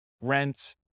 rent